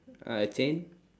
uh a chain